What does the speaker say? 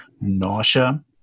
nausea